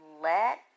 let